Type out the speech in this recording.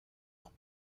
ans